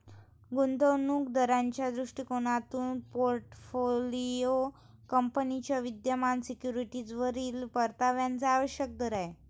गुंतवणूक दाराच्या दृष्टिकोनातून पोर्टफोलिओ कंपनीच्या विद्यमान सिक्युरिटीजवरील परताव्याचा आवश्यक दर आहे